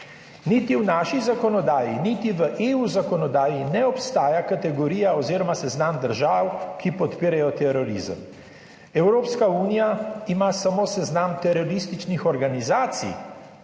Niti v naši zakonodaji niti v EU zakonodaji ne obstaja kategorija oziroma seznam držav, ki podpirajo terorizem. Evropska unija ima samo seznam terorističnih organizacij